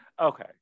okay